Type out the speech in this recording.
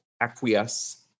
acquiesce